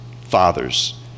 Fathers